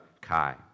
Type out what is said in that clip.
Kai